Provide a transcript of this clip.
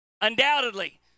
Undoubtedly